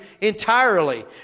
entirely